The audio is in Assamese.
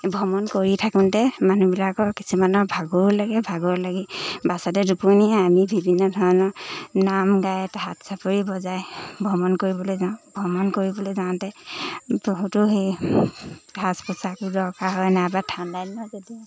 ভ্ৰমণ কৰি থাকোঁতে মানুহবিলাকৰ কিছুমানৰ ভাগৰো লাগে ভাগৰ লাগি বাছতে টোপনিয়াই আমি বিভিন্ন ধৰণৰ নাম গাই হাত চাপৰি বজাই ভ্ৰমণ কৰিবলৈ যাওঁ ভ্ৰমণ কৰিবলৈ যাওঁতে বহুতো সেই সাজ পোচাকো দৰকাৰ হয় নাইবা ঠাণ্ডা দিনত এতিয়া